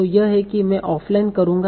तो यह है मैं ऑफ़लाइन करूँगा